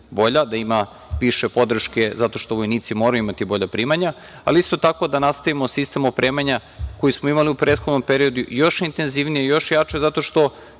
da ima više podrške zato što vojnici moraju imati bolja primanja. Isto tako, da nastavimo sistem opremanja koji smo imali u prethodnom periodu još intenzivnije, još jače zato što